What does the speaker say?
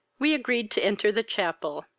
we agreed to enter the chapel,